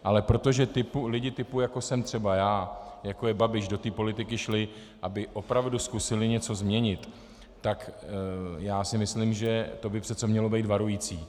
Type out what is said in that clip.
Ale protože lidé typu, jako jsem třeba já, jako je Babiš, do politiky šli, aby opravdu zkusili něco změnit, tak já si myslím, že to by přece mělo být varující.